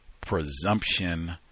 presumption